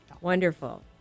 Wonderful